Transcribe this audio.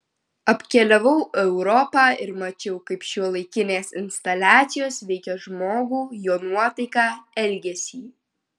apkeliavau europą ir mačiau kaip šiuolaikinės instaliacijos veikia žmogų jo nuotaiką elgesį